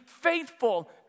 faithful